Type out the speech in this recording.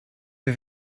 wir